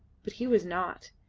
but he was not.